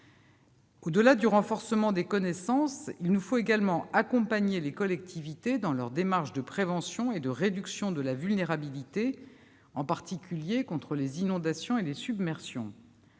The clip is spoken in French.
au-delà du renforcement des connaissances, il nous faut également accompagner les collectivités dans leurs démarches de prévention et de réduction de la vulnérabilité, en particulier contre les inondations et les submersions.